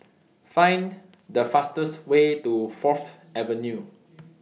Find The fastest Way to Fourth Avenue